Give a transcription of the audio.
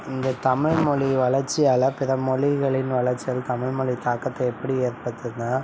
இந்த தமிழ்மொழி வளர்ச்சியால் பிறமொழிகளின் வளர்ச்சி தமிழ் மொழிக்கு தாக்கத்தை எப்படி ஏற்படுத்துதுன்னால்